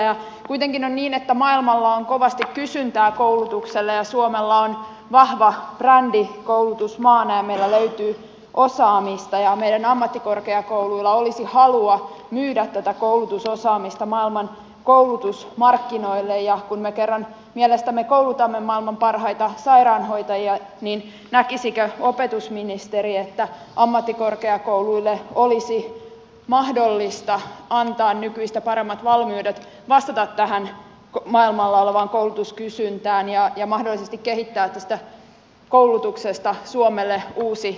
kun kuitenkin on niin että maailmalla on kovasti kysyntää koulutukselle ja suomella on vahva brändi koulutusmaana meillä löytyy osaamista ja meidän ammattikorkeakouluilla olisi halua myydä tätä koulutusosaamista maailman koulutusmarkkinoille ja kun me kerran mielestämme koulutamme maailman parhaita sairaanhoitajia niin näkisikö opetusministeri että ammattikorkeakouluille olisi mahdollista antaa nykyistä paremmat valmiudet vastata tähän maailmalla olevaan koulutuskysyntään ja mahdollisesti kehittää tästä koulutuksesta suomelle uusi vientiala